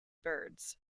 birds